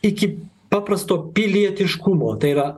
iki paprasto pilietiškumo tai yra